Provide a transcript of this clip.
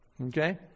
Okay